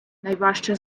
найважча